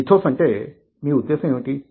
ethos అంటే మీ ఉద్దేశ్యం ఏమిటి